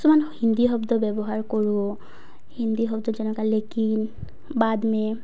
কিছুমান হিন্দী শব্দ ব্যৱহাৰ কৰোঁ হিন্দী শব্দ যেনেকুৱা লেকিন বাদ মে